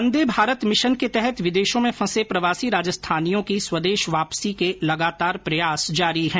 वंदे Bharat mission के तहत विदेशों में फंसे प्रवासी राजस्थानियों की स्वदेश वापसी के लगातार प्रयास जारी है